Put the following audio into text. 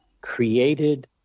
created